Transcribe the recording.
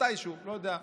לא יודע,